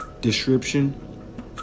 description